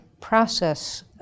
process